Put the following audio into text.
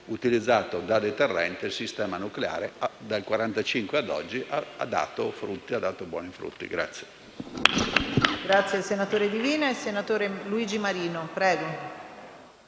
utilizzato da deterrente, il sistema nucleare dal 1945 ad oggi ha dato buoni frutti.